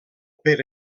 per